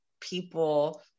people